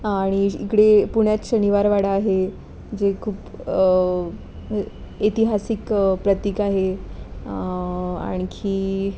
आणि इकडे पुण्यात शनिवार वाडा आहे जे खूप ऐतिहासिक प्रतीक आहे आणखी